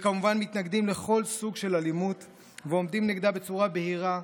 וכמובן מתנגדים לכל סוג של אלימות ועומדים נגדה בצורה בהירה,